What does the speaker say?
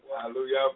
Hallelujah